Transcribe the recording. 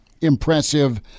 impressive